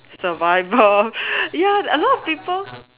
survival ya a lot of people